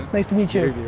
nice to meet you.